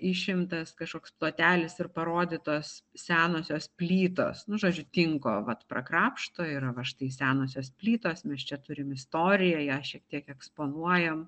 išimtas kažkoks plotelis ir parodytos senosios plytos nu žodžiu tinko vat prakrapšto yra va štai senosios plytos mes čia turim istoriją ją šiek tiek eksponuojam